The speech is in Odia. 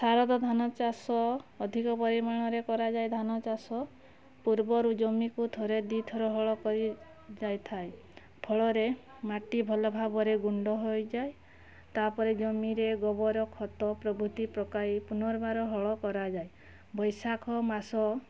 ଶାରଦ ଧାନଚାଷ ଅଧିକ ପରିମାଣରେ କରାଯାଏ ଧାନଚାଷ ପୂର୍ବରୁ ଜମିକୁ ଥରେ ଦିଥର ହଳକରି ଯାଇଥାଏ ଫଳରେ ମାଟି ଭଲଭାବରେ ଗୁଣ୍ଡ ହୋଇଯାଏ ତା'ପରେ ଜମିରେ ଗୋବର ଖତ ପ୍ରଭୃତି ପକାଇ ପୁନର୍ବାର ହଳ କରାଯାଏ ବୈଶାଖମାସ